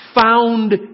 found